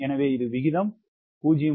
எனவே இது விகிதம் 0